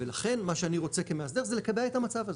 ולכן מה שאני רוצה כמאסדר זה לקבע את המצב הזה,